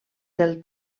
del